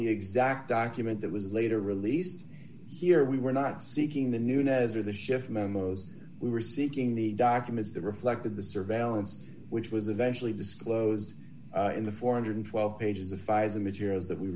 the exact document that was later released here we were not seeking the nunez or the shift memos we were seeking the documents that reflected the surveillance which was eventually disclosed in the four hundred and twelve dollars pages of pfizer materials that we